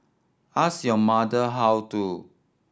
ask your mother how to